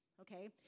okay